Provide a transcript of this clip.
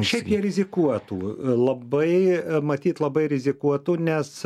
šiaip jie rizikuotų labai matyt labai rizikuotų nes